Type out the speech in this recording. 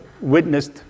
witnessed